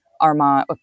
Armand